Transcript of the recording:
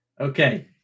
Okay